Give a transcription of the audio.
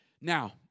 Now